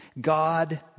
God